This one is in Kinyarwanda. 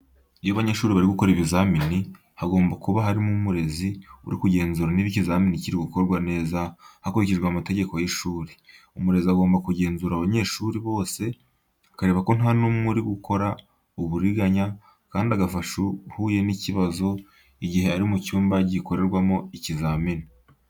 Iyo abanyeshuri bari gukora ikizamini, hagomba kuba hari umurezi uri kugenzura niba ikizamini kiri gukorwa neza hakurikijwe amategeko y'ishuri. Umurezi agomba kugenzura abanyeshuri bose, akareba ko nta numwe uri gukora uburiganya kandi agafasha uhuye n'ikibazo igihe ari mu cyumba gikorerwamo ikizamini.